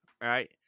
right